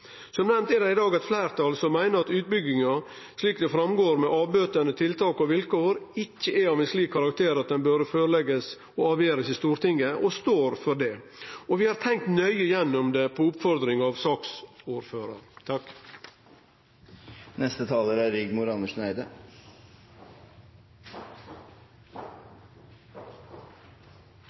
Som nemnt er det i dag eit fleirtal som meiner at utbygginga, slik det framgår med avbøtande tiltak og vilkår, ikkje er av ein slik karakter at det bør føreleggjast og avgjerast i Stortinget. Fleirtalet står for det, og vi har tenkt nøye gjennom det, på oppfordring av saksordføraren. Det er